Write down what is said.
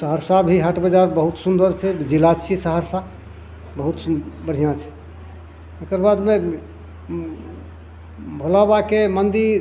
सहरसा भी हाट बाजार बहुत सुन्दर छै जिला छियै सहरसा बहुत सु बढ़िआँ छै एकर बादमे भोला बाबाके मन्दिर